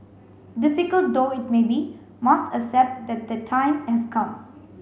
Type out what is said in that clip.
difficult though it may be must accept that that time has come